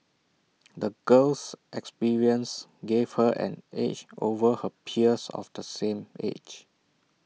the girl's experiences gave her an edge over her peers of the same age